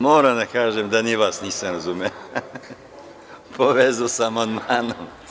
Moram da kažem da ni vas nisam razumeo, povezao sa amandmanom.